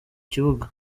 kibuga